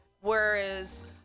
Whereas